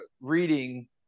reading